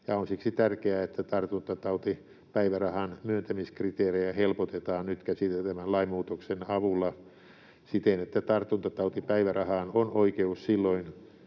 on siksi tärkeää, että tartuntatautipäivärahan myöntämiskriteerejä helpotetaan nyt käsiteltävän lainmuutoksen avulla siten, että tartuntatautipäivärahaan on oikeus silloin,